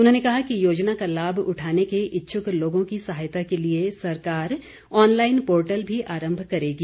उन्होंने कहा कि योजना का लाभ उठाने के इच्छुक लोगों की सहायता के लिए सरकार ऑनलाईन पोर्टल भी आरम्भ करेगी